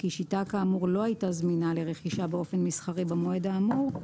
כי שיטה כאמור לא הייתה זמינה לרכישה באופן מסחרי במועד האמור,